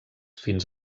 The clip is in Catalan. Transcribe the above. fins